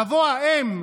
תבוא האם,